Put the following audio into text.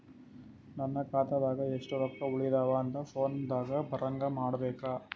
ನನ್ನ ಖಾತಾದಾಗ ಎಷ್ಟ ರೊಕ್ಕ ಉಳದಾವ ಅಂತ ಫೋನ ದಾಗ ಬರಂಗ ಮಾಡ ಬೇಕ್ರಾ?